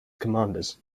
commanders